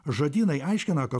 žodynai aiškina kad